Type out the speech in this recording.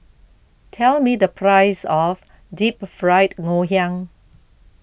tell me the price of Deep Fried Ngoh Hiang